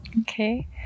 okay